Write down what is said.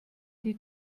die